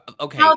Okay